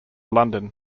london